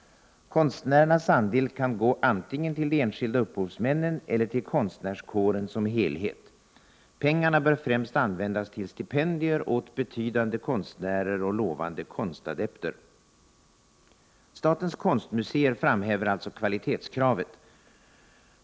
Konstnärernas andel kan gå antingen till de enskilda upphovsmännen eller till konstnärskåren som helhet. Pengarna bör främst användas till stipendier åt ”betydande konstnärer och lovande konstadepter”. Statens konstmuseer framhäver alltså kvalitetskravet.